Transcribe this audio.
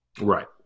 Right